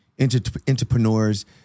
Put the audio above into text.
Entrepreneurs